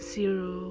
zero